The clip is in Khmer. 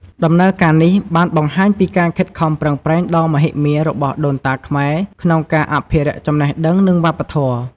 ដំណើរការនេះបានបង្ហាញពីការខិតខំប្រឹងប្រែងដ៏មហិមារបស់ដូនតាខ្មែរក្នុងការអភិរក្សចំណេះដឹង និងវប្បធម៌។